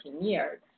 years